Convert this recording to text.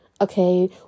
Okay